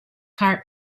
heart